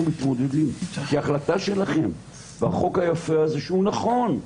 מתמודדים כי החלטה שלכם בחוק היפה הזה שהוא נכון,